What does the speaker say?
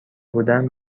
بودند